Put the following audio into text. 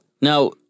Now